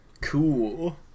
cool